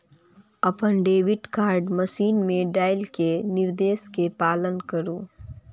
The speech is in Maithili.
अपन डेबिट कार्ड मशीन मे डालि कें निर्देश के पालन करु